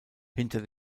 hinter